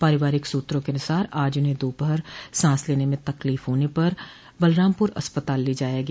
पारिवारिक सूत्रों के अनुसार आज दोपहर उन्हें सांस लेने में तकलीफ होने पर बलरामपुर अस्पताल ले जाया गया